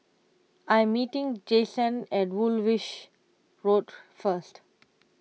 I am meeting Jason at Woolwich Road first